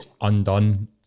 undone